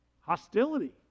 hostility